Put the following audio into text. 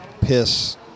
piss